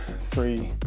three